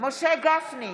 משה גפני,